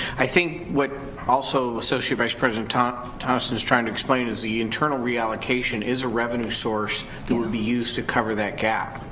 i think what also associate vice president ah um tonnison is trying to explain is the internal reallocation is a revenue source than would be used to cover that gap,